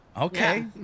Okay